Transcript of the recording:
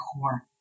core